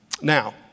Now